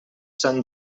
sant